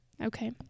Okay